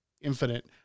infinite